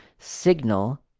signal